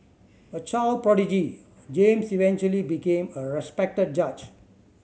a child prodigy James eventually became a respected judge